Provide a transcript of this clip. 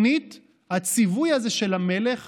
שנית, הציווי הזה של המלך